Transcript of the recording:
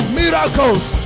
miracles